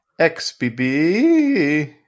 XBB